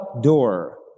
door